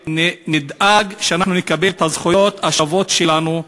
ונדאג שאנחנו נקבל את הזכויות השוות שלנו,